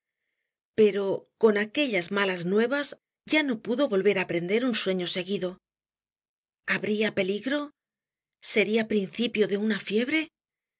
pero con aquellas malas nuevas ya no pudo volver á prender en un sueño seguido habría peligro sería principio de una fiebre